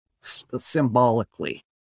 symbolically